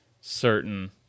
certain